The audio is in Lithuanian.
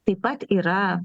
taip pat yra